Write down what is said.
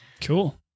cool